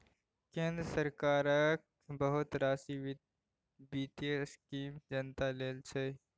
केंद्र सरकारक बहुत रास बित्तीय स्कीम जनता लेल छै